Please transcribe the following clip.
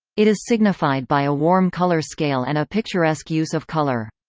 it is signified by a warm colour scale and a picturesque use of colour.